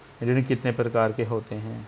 ऋण कितने प्रकार के होते हैं?